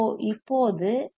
இப்போது எல்